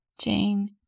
Jane